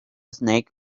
snake